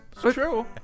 True